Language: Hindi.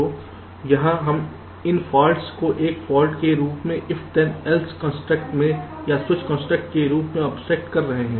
तो यहाँ हम इन फॉल्ट्स को एक फाल्ट के रूप if then eslse कंस्ट्रक्ट में या स्विच कंस्ट्रक्ट के रूप में ऑब्स्ट्रक्ट कर रहे हैं